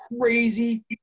crazy